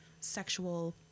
sexual